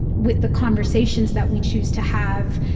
with the conversations that we choose to have.